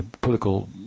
political